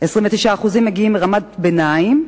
29% מגיעים מרמת ביניים,